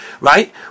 right